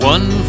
One